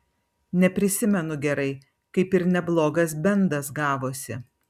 neprisimenu gerai kaip ir neblogas bendas gavosi